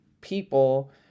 people